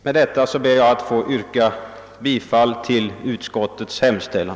Med det anförda ber jag att få yrka bifall till utskottets hemställan.